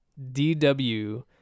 dw